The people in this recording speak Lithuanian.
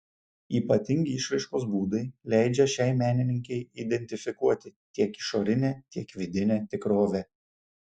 ypatingi išraiškos būdai leidžia šiai menininkei identifikuoti tiek išorinę tiek vidinę tikrovę